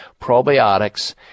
probiotics